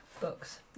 books